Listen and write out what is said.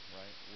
right